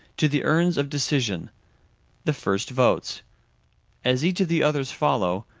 to the urns of decision the first votes as each of the others follows,